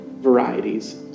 varieties